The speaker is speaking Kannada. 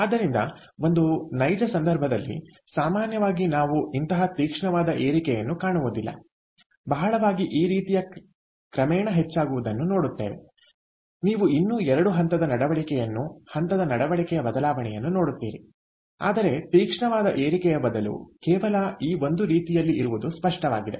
ಆದ್ದರಿಂದ ಒಂದು ನೈಜ ಸಂದರ್ಭದಲ್ಲಿ ಸಾಮಾನ್ಯವಾಗಿ ನಾವು ಇಂತಹ ತೀಕ್ಷ್ಣವಾದ ಏರಿಕೆಯನ್ನು ಕಾಣುವುದಿಲ್ಲ ಬಹಳವಾಗಿ ಈ ರೀತಿಯ ಕ್ರಮೇಣ ಹೆಚ್ಚಾಗುವುದನ್ನು ನೋಡುತ್ತೇವೆ ನೀವು ಇನ್ನೂ 2 ಹಂತದ ನಡವಳಿಕೆಯನ್ನು ಹಂತದ ನಡವಳಿಕೆಯ ಬದಲಾವಣೆಯನ್ನು ನೋಡುತ್ತೀರಿ ಆದರೆ ತೀಕ್ಷ್ಣವಾದ ಏರಿಕೆಯ ಬದಲು ಕೇವಲ ಈ ಒಂದು ರೀತಿಯಲ್ಲಿ ಇರುವುದು ಸ್ಪಷ್ಟವಾಗಿದೆ